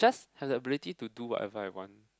have the ability to do whatever I want